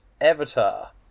Avatar